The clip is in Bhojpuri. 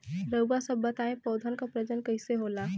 रउआ सभ बताई पौधन क प्रजनन कईसे होला?